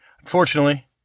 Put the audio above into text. Unfortunately